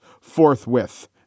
forthwith